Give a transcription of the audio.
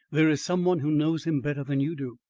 there is some one who knows him better than you do.